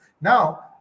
Now